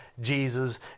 Jesus